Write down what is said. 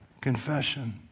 Confession